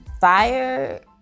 FIRE